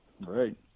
Right